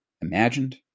imagined